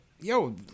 yo